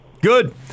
Good